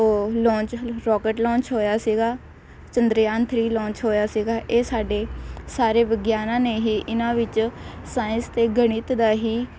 ਉਹ launch rocket launch ਹੋਇਆ ਸੀਗਾ ਚੰਦਰਯਾਨ ਥ੍ਰੀ ਲਾਂਚ ਹੋਇਆ ਸੀਗਾ ਇਹ ਸਾਡੇ ਸਾਰੇ ਵਿਗਿਆਨ ਨੇ ਹੀ ਇਹਨਾਂ ਵਿੱਚ ਸਾਇੰਸ ਅਤੇ ਗਣਿਤ ਦਾ ਹੀ